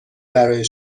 برای